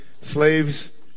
slaves